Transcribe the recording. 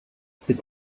cet